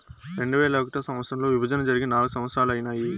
రెండువేల ఒకటో సంవచ్చరంలో విభజన జరిగి నాల్గు సంవత్సరాలు ఐనాయి